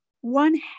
one